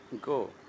go